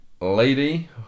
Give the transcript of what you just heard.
lady